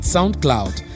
SoundCloud